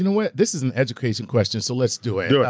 you know what, this is an education question so let's do it. yeah